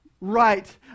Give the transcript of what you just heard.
right